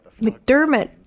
McDermott